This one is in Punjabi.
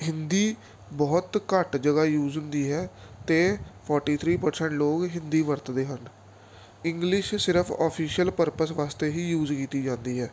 ਹਿੰਦੀ ਬਹੁਤ ਘੱਟ ਜਗ੍ਹਾ ਯੂਜ ਹੁੰਦੀ ਹੈ ਅਤੇ ਫੋਰਟੀ ਥ੍ਰੀ ਪਰਸੈਂਟ ਲੋਕ ਹਿੰਦੀ ਵਰਤਦੇ ਹਨ ਇੰਗਲਿਸ਼ ਸਿਰਫ ਓਫੀਸ਼ਅਲ ਪਰਪਸ ਵਾਸਤੇ ਹੀ ਯੂਜ ਕੀਤੀ ਜਾਂਦੀ ਹੈ